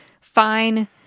fine